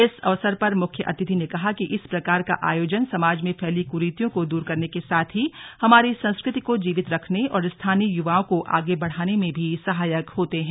इस अवसर पर मुख्य अतिथि ने कहा कि इस प्रकार का आयोजन समाज मे फैली कुरीतियों को दूर करने के साथ ही हमारी सँस्कृति को जीवित रखने और स्थानीय युवाओ को आगे बढ़ाने में भी सहायक होते है